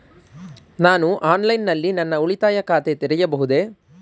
ನಾನು ಆನ್ಲೈನ್ ನಲ್ಲಿ ನನ್ನ ಉಳಿತಾಯ ಖಾತೆ ತೆರೆಯಬಹುದೇ?